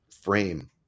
frame